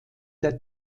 der